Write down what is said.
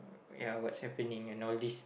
ya what's happening and all these